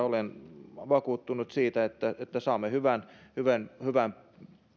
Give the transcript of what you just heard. olen vakuuttunut siitä että että saamme hyvän hyvän